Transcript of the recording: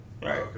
Right